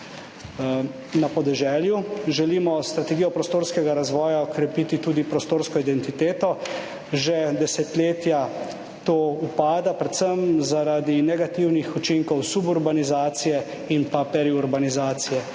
Na podeželju želimo s strategijo prostorskega razvoja okrepiti tudi prostorsko identiteto. Že desetletja to upada, predvsem zaradi negativnih učinkov suburbanizacije in pa periurbanizacije.